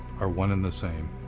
are one and the same.